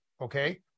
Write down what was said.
okay